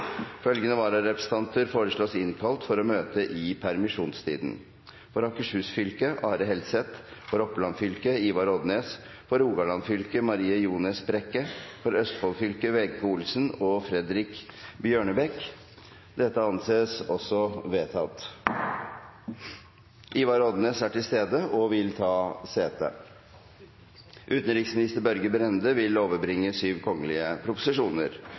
Følgende vararepresentanter innkalles for å møte i permisjonstiden: For Akershus fylke: Are HelsethFor Oppland fylke: Ivar OdnesFor Rogaland fylke: Marie Ljones BrekkeFor Østfold fylke: Wenche Olsen og Fredrik Bjørnebekk Ivar Odnes er til stede og vil ta sete. Før sakene på dagens kart tas opp til behandling, vil